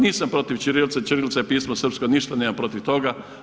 Nisam protiv ćirilice, ćirilica je pismo srpsko, ništa nemam protiv toga.